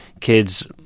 kids